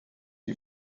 die